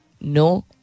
no